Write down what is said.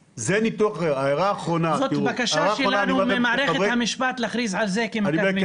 הבקשה שלנו להכריז על זה כעל מכת מדינה.